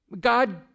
God